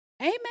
Amen